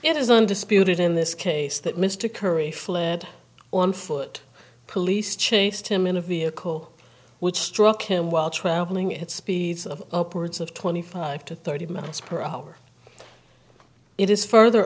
it is undisputed in this case that mr curry fled on foot police chased him in a vehicle which struck him while traveling at speeds of up words of twenty five to thirty miles per hour it is further